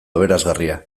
aberasgarria